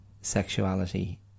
sexuality